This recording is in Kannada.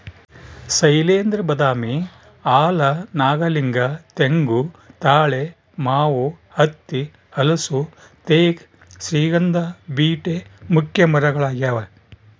ಶೈಲೇಂದ್ರ ಬಾದಾಮಿ ಆಲ ನಾಗಲಿಂಗ ತೆಂಗು ತಾಳೆ ಮಾವು ಹತ್ತಿ ಹಲಸು ತೇಗ ಶ್ರೀಗಂಧ ಬೀಟೆ ಮುಖ್ಯ ಮರಗಳಾಗ್ಯಾವ